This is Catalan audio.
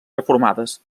reformades